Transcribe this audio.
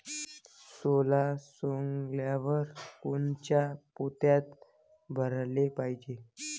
सोला सवंगल्यावर कोनच्या पोत्यात भराले पायजे?